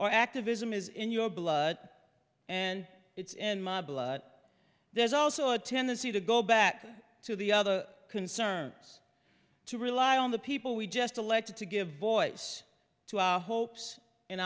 or activism is in your blood and it's in my blood there's also a tendency to go back to the other concerns to rely on the people we just elected to give voice to our hopes and